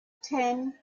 ten